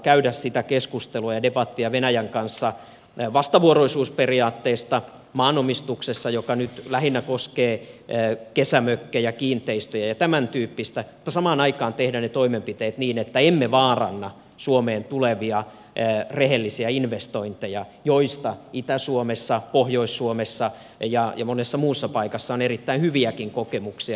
käydä sitä keskustelua ja debattia venäjän kanssa vastavuoroisuusperiaatteesta maanomistuksessa joka nyt lähinnä koskee kesämökkejä kiinteistöjä ja tämäntyyppistä mutta samaan aikaan tehdä ne toimenpiteet niin että emme vaaranna suomeen tulevia rehellisiä investointeja joista itä suomessa pohjois suomessa ja monessa muussa paikassa on erittäin hyviäkin kokemuksia